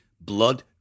blood